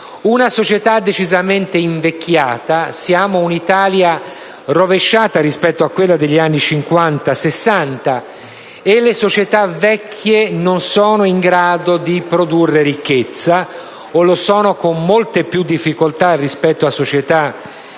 una società decisamente invecchiata (siamo un'Italia rovesciata rispetto a quella degli anni Cinquanta-Sessanta) e le società vecchie non sono in grado di produrre ricchezza, o lo sono con molte più difficoltà rispetto a società